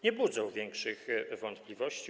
Nie budzą większych wątpliwości.